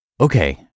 Okay